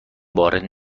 وارد